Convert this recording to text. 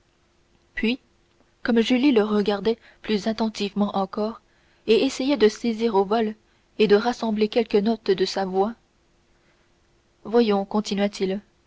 puis comme julie le regardait plus attentivement encore et essayait de saisir au vol et de rassembler quelques notes de sa voix voyons